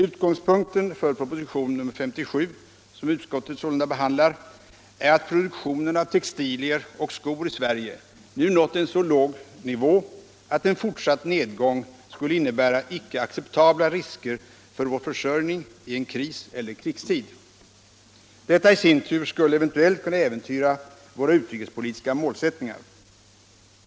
Utgångspunkten för propositionen 57, som utskottet behandlat, är att produktionen av textilier och skor i Sverige nu nått en så låg nivå att en fortsatt nedgång skulle innebära icke acceptabla risker för vår försörjning i en kris eller krigstid. Detta i sin tur skulle eventuellt kunna äventyra våra utrikespolitiska målsättningar.